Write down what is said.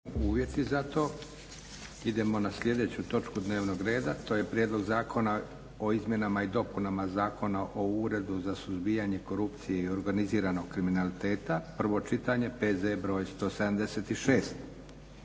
Josip (SDP)** Idemo na sljedeću točku dnevnog reda. - Prijedlog zakona o izmjenama i dopunama Zakona o Uredu za suzbijanje korupcije i organiziranog kriminala, prvo čitanje, PZ br. 176